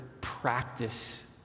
practice